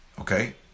okay